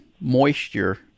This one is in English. moisture